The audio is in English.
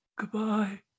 goodbye